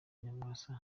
nyamwasa